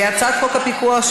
הצעת חוק הפיקוח על